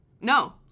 No